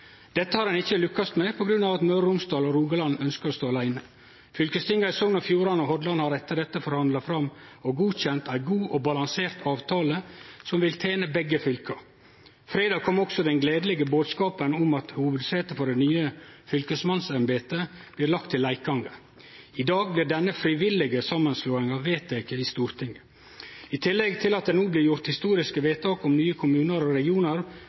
Dette har ein ikkje lukkast med, på grunn av at Møre og Romsdal og Rogaland ønskjer å stå åleine. Fylkestinga i Sogn og Fjordane og Hordaland har etter dette forhandla fram og godkjent ei god og balansert avtale som vil tene begge fylka. Fredag kom også den gledelege bodskapen om at hovudsetet for det nye fylkesmannsembetet blir lagt til Leikanger. I dag blir denne frivillige samanslåinga vedteken i Stortinget. I tillegg til at det no blir gjort historiske vedtak om nye kommunar og regionar,